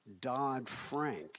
Dodd-Frank